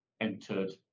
entered